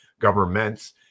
governments